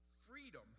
freedom